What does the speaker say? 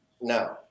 no